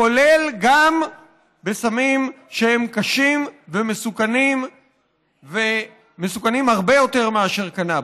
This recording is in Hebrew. כולל בסמים שהם קשים ומסוכנים הרבה יותר מקנאביס.